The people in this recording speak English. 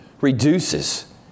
reduces